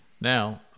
now